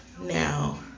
Now